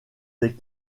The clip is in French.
des